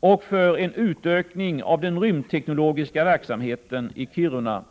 och för en utökning av den rymdteknologiska verksamheten i Kiruna.